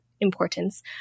importance